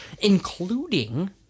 including